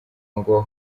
ngo